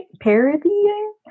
parodying